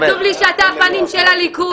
עצוב לי שאתה הפנים של הליכוד.